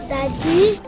Daddy